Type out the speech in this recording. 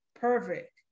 Perfect